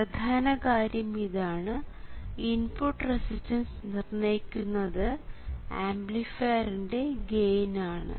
പ്രധാന കാര്യം ഇതാണ് ഇൻപുട്ട് റെസിസ്റ്റൻസ് നിർണ്ണയിക്കുന്നത് ആംപ്ലിഫയറിന്റെ ഗെയിൻ ആണ്